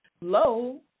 low